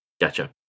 Gotcha